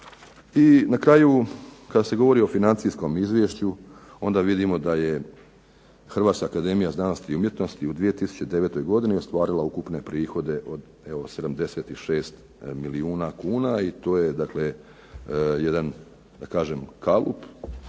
I na kraju kad se govori o financijskom izvješću, onda vidimo da je Hrvatska akademija znanosti i umjetnosti u 2009. godini ostvarila ukupne prihode od evo 76 milijuna kuna, i to je dakle